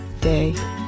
day